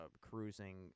cruising